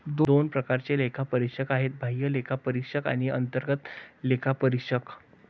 दोन प्रकारचे लेखापरीक्षक आहेत, बाह्य लेखापरीक्षक आणि अंतर्गत लेखापरीक्षक